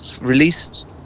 released